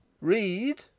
Read